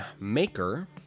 Maker